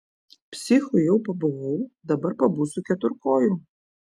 psichu jau pabuvau dabar pabūsiu keturkoju